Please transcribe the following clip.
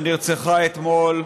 שנרצחה אתמול.